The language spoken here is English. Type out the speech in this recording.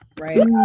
Right